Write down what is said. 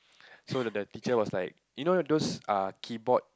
so that the teacher was like you those uh keyboard